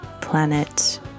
planet